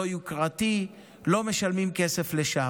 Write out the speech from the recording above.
לא יוקרתי, לא משלמים כסף לשעה.